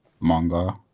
manga